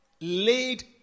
laid